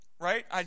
Right